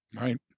Right